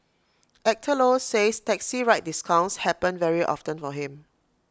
Actor low says taxi ride discounts happen very often for him